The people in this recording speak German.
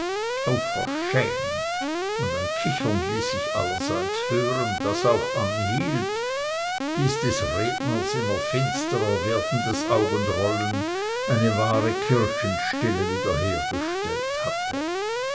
und ein kichern ließ sich allerseits hören das auch anhielt bis des redners immer finsterer werdendes augenrollen eine wahre kirchenstille wiederhergestellt hatte